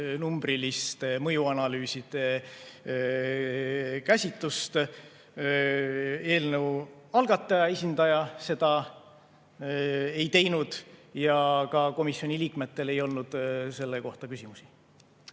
numbriliste mõjuanalüüside käsitlust. Eelnõu algataja esindaja seda ei teinud ja ka komisjoni liikmetel ei olnud selle kohta küsimusi.